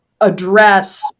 address